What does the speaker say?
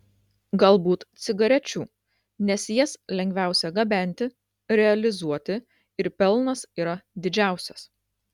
galbūt cigarečių nes jas lengviausia gabenti realizuoti ir pelnas yra didžiausias